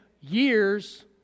years